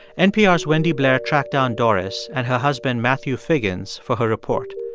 npr's wendy blair tracked down doris and her husband, matthew figgins, for her report.